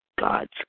God's